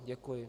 Děkuji.